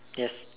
yes